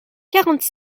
quarante